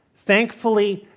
thankfully,